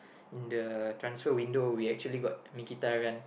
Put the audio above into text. the transfer window we actually got Mkhitaryan